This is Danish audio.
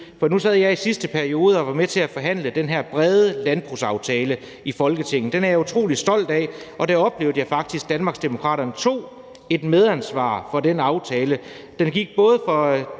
lyd. Nu sad jeg i sidste periode og var med til at forhandle den her brede landbrugsaftale i Folketinget. Den er jeg utrolig stolt af, og der oplevede jeg faktisk, at Nye Borgerlige tog et medansvar for den aftale. Der blev